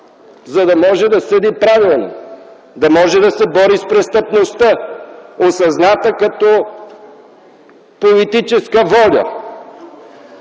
за да може да съди правилно, да може да се бори с престъпността, осъзната като политическа воля.